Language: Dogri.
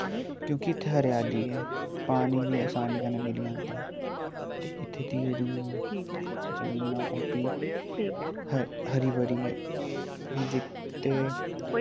क्योंकि इत्थै हरियाली ऐ पानी वी असानी कन्नै मिल्ली जंदा ऐ ते इत्थे दी जेह्ड़ी जमीन ऐ ओह् बी ह हरी भरी ऐ दी ते